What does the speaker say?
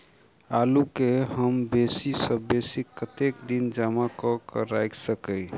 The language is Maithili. आलु केँ हम बेसी सऽ बेसी कतेक दिन जमा कऽ क राइख सकय